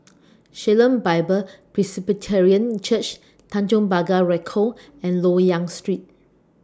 Shalom Bible Presbyterian Church Tanjong Pagar Ricoh and Loyang Street